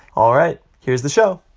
all right. here's the show